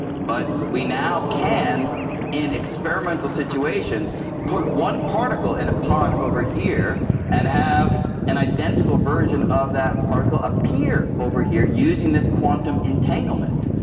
but we now can in experimental situations put one particle in a pod over here and have an identical version of that particle appear over here using this quantum entanglement.